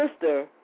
sister